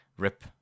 rip